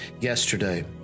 yesterday